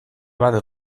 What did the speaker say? bat